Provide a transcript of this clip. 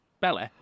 belly